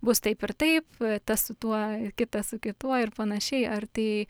bus taip ir taip tas su tuo kitas su kituo ir panašiai ar tai